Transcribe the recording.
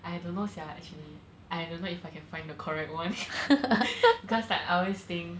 I don't know sia actually I don't know if I can find the correct one because like I always think